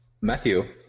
Matthew